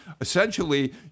Essentially